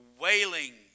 wailing